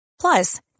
Plus